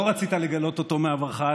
לא רצית לגלות אותו מעברך,